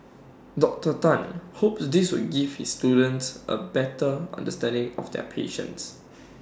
Doctor Tan hopes this will give his students A better understanding of their patients